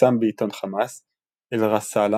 שפורסם בעיתון חמאס - אלרסאלה,